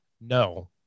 No